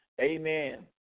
Amen